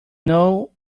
know